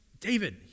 David